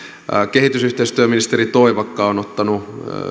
kehitysyhteistyöministeri toivakka on ottanut